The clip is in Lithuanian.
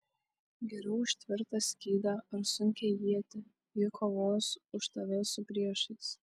geriau už tvirtą skydą ar sunkią ietį ji kovos už tave su priešais